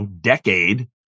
decade